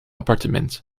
appartement